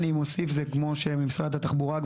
כמו שציינה נציגת משרד התחבורה,